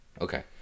Okay